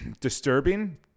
disturbing